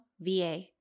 VA